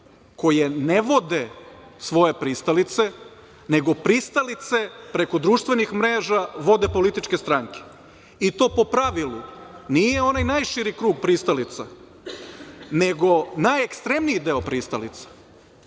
koje ne vode svoje pristalice, nego pristalice preko društvenih mreža vode političke stranke. I to po pravilu nije onaj najširi krug pristalica, nego najekstremniji deo pristalica